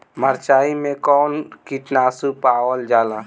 मारचाई मे कौन किटानु पावल जाला?